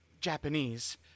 Japanese